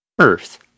Earth